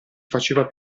faceva